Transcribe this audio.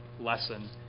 lesson